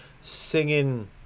singing